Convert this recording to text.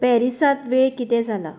पॅरीसांत वेळ किदें जाला